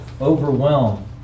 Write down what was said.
overwhelmed